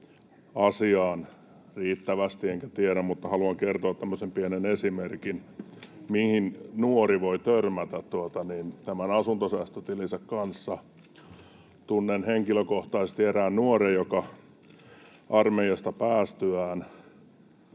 riittävästi enkä tästä tiedä, mutta haluan kertoa tämmöisen pienen esimerkin, mihin nuori voi törmätä tämän asuntosäästötilinsä kanssa. Tunnen henkilökohtaisesti erään nuoren, jonka päästyä